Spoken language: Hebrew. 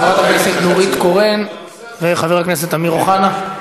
חברת הכנסת נורית קורן וחבר הכנסת אמיר אוחנה.